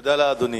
תודה לאדוני.